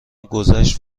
گذشت